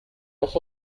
auch